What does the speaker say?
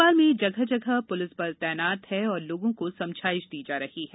भोपाल में जगह जगह पर पुलिस बल तैनात है और लोगों को समझाइस दी जा रही है